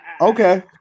okay